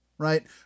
right